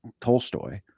Tolstoy